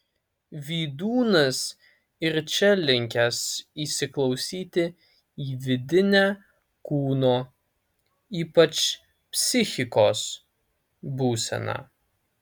vydūnas ir čia linkęs įsiklausyti į vidinę kūno ypač psichikos būseną